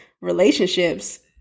relationships